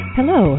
Hello